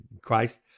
Christ